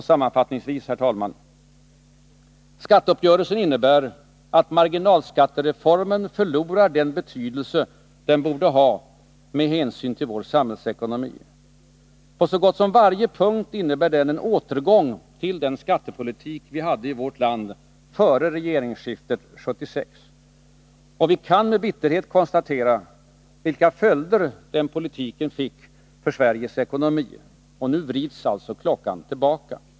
Sammanfattningsvis, herr talman: Skatteuppgörelsen innebär att marginalskattereformen förlorar den betydelse den borde ha med hänsyn till vår samhällsekonomi. På så gott som varje punkt innebär den en återgång till den skattepolitik som vi hade i vårt land före regeringsskiftet 1976. Vi kan med bitterhet konstatera vilka följder den fick för vårt lands ekonomi. Nu vrids klockan tillbaka.